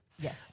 Yes